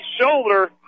shoulder